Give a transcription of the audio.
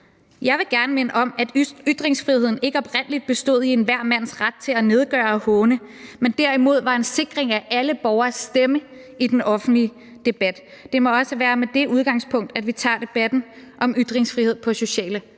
Jeg vil gerne minde om, at ytringsfriheden ikke oprindelig bestod i enhver mands ret til at nedgøre og håne, men derimod var en sikring af alle borgeres stemme i den offentlige debat. Det må også være med det udgangspunkt, vi tager debatten om ytringsfrihed på sociale